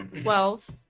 Twelve